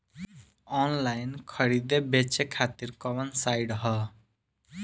Online खरीदे बेचे खातिर कवन साइड ह?